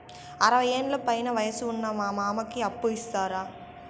అరవయ్యేండ్ల పైన వయసు ఉన్న మా మామకి అప్పు ఇస్తారా